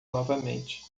novamente